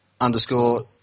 underscore